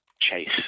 chase